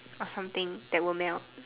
or something that will melt